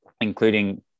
including